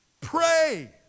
Pray